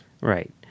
Right